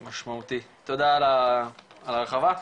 משמעותי, תודה על ההרחבה.